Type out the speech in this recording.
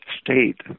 state